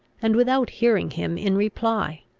and without hearing him in reply.